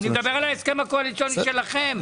אני מדבר העל הסכם הקואליציוני שלכם.